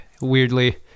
weirdly